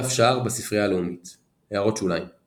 דף שער בספרייה הלאומית == הערות שוליים ==